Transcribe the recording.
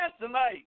tonight